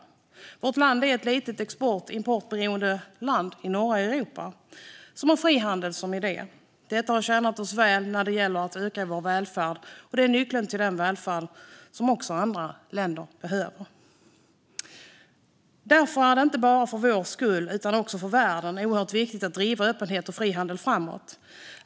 Sverige är ett litet export och importberoende land i norra Europa som har frihandel som idé. Detta har tjänat oss väl när det gäller att öka vår välfärd, och det är nyckeln till den välfärd som också andra länder behöver. Därför är det inte bara för vår skull utan också för världen oerhört viktigt att driva öppenhet och frihandel framåt.